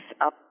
up